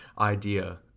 idea